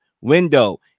window